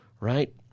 Right